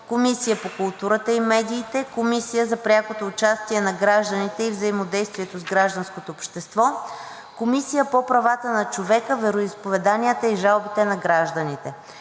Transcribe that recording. Комисия по културата и медиите; 21. Комисия за прякото участие на гражданите и взаимодействието с гражданското общество; 22. Комисия по правата на човека, вероизповеданията и жалбите на гражданите;